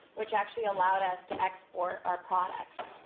which actually allowed us to export our products.